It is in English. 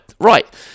Right